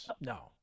No